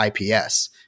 IPS